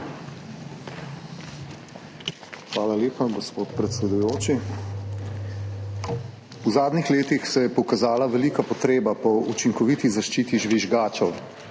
Hvala lepa, gospod predsedujoči. V zadnjih letih se je pokazala velika potreba po učinkoviti zaščiti žvižgačev.